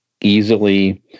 easily